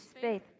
faith